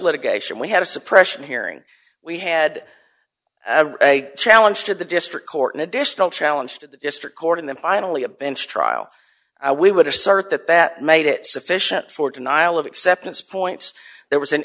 litigation we had a suppression hearing we had a challenge to the district court an additional challenge to the district court and then finally a bench trial we would assert that that made it sufficient for denial of acceptance points there was an